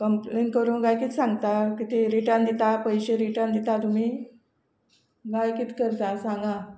complain करूंक गाय कित सांगता कितें रिटर्न दिता पयशे रिटर्न दिता तुमी गाय कित करता सांगा